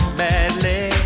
badly